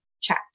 chat